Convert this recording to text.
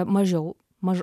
mažiau maž